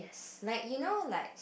like you know like